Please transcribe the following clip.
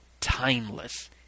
timeless